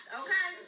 okay